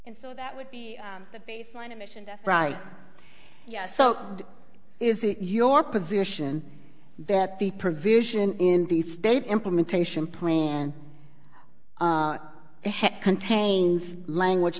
and so that would be the baseline emission right yes so is it your position that the provision in the state implementation plan and it contains language